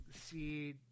see